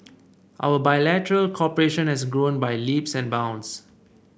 our bilateral cooperation has grown by leaps and bounds